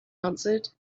answered